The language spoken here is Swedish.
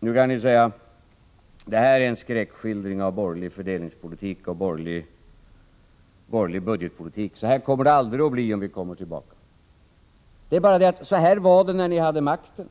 Ni kan invända att det här är en skräckskildring av borgerlig fördelningspolitik och borgerlig budgetpolitik och säga: Så kommer det aldrig att bli om vi kommer tillbaka till makten. Det är bara det att så här var det när ni hade makten!